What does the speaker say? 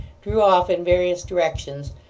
drew off in various directions,